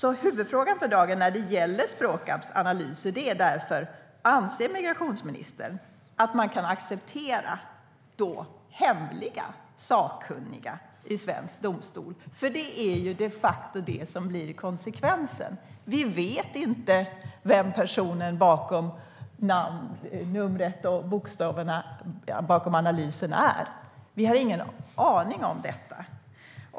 Huvudfrågan för dagen när det gäller Sprakabs analyser är därför om migrationsministern anser att man kan acceptera hemliga sakkunniga i svensk domstol. Det är de facto det som blir konsekvensen. Vi vet inte vem personen bakom numret och bokstäverna bakom analysen är. Vi har ingen aning om detta.